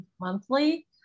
monthly